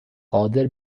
قادر